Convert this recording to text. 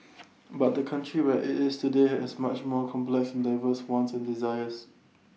but the country where IT is today has much more complex and diverse wants and desires